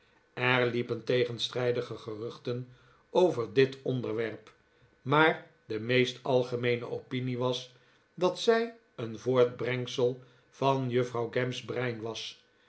er liepen tegenstrijdige geruchten over dit onderwerp maar de meest algemeene opinie was dat zij een yoortbrengsel van juffrouw gamp's brein was